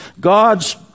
God's